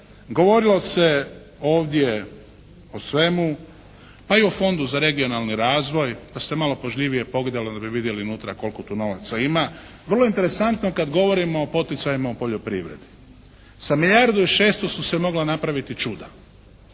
govorilo se ovdje o svemu pa i o Fondu za regionalni razvoj. Da ste malo pažljivije pogledali onda bi vidjeli unutra koliko tu novaca ima? Vrlo je interesantno kad govorimo o poticajima u poljoprivredi. Sa milijardu i 600 su se mogla napraviti čuda.